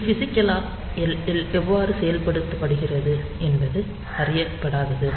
இது பிஸிக்கலா எவ்வாறு செயல்படுத்தப்படுகிறது என்பது அறியப்படாதது